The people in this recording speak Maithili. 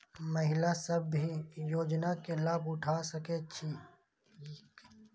महिला सब भी योजना के लाभ उठा सके छिईय?